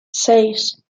seis